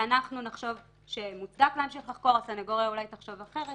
אנחנו נחשוב שמוצדק להמשיך לחקור,